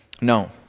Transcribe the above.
No